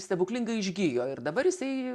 stebuklingai išgijo ir dabar jisai